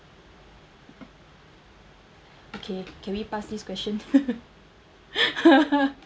okay can we pass this question